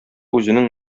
үзенең